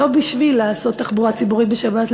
לא בשביל לעשות תחבורה ציבורית בשבת,